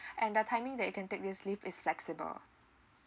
and the timing that you can take this leave is flexible